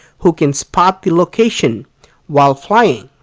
who can spot the location while flying?